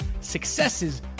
successes